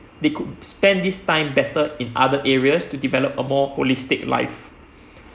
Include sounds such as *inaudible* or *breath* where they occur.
they could spent this time better in other areas to develop a more holistic life *breath*